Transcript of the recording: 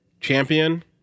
Champion